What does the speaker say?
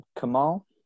Kamal